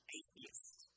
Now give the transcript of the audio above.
atheist